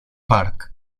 park